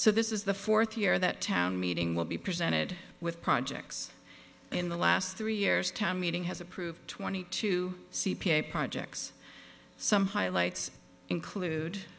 so this is the fourth year that town meeting will be presented with projects in the last three years time meeting has approved twenty two c p a projects some highlights include